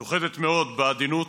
מיוחדת מאוד בעדינות ובצניעות,